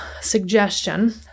suggestion